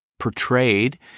portrayed